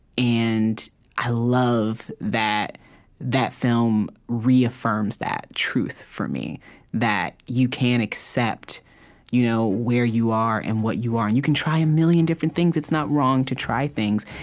and i love that that film reaffirms that truth for me that you can accept you know where you are and what you are. and you can try a million different things it's not wrong to try things.